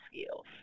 skills